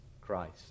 Christ